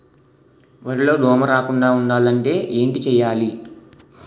వరిలో దోమ రాకుండ ఉండాలంటే ఏంటి చేయాలి?